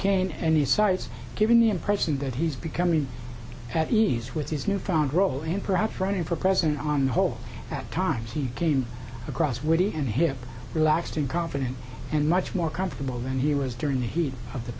cane and the sides giving the impression that he's becoming at ease with his newfound role and perhaps running for president on the whole at times he came across witty and hip relaxed and confident and much more comfortable than he was during the heat of the